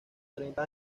treinta